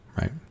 right